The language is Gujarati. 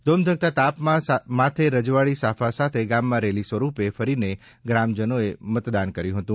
ધોમધખતા તાપમાં માથે રજવાડી સાફા સાથે ગામમાં રેલી સ્વરૂપે ફરીને ગ્રામજનોએ મતદાન કર્યું હતું